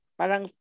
parang